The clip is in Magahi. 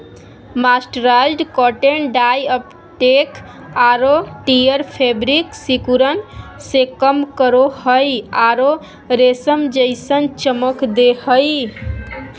मर्सराइज्ड कॉटन डाई अपटेक आरो टियर फेब्रिक सिकुड़न के कम करो हई आरो रेशम जैसन चमक दे हई